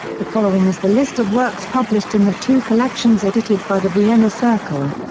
the following is the list of works published in the two collections edited by the vienna circle.